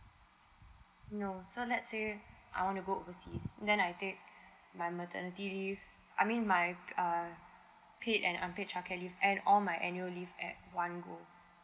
no so let's say I want to go overseas then I take my maternity leave I mean my uh paid and unpaid child care leave and all my annual leave at one go